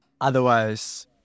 otherwise